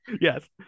Yes